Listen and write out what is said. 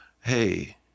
hey